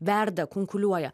verda kunkuliuoja